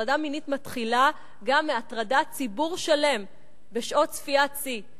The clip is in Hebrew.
הטרדה מינית מתחילה גם מהטרדת ציבור שלם בשעות צפיית שיא.